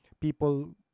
people